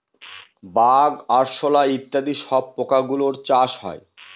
bug, আরশোলা ইত্যাদি সব পোকা গুলোর চাষ হয়